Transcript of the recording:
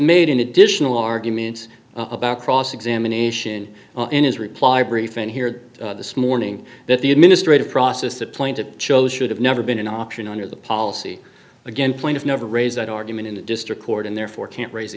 made an additional arguments about cross examination in his reply brief in here this morning that the administrative process that plaintiff shows should have never been an option under the policy again plaintiff never raised that argument in the district court and therefore can't raise